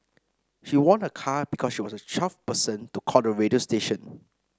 she won a car because she was the twelfth person to call the radio station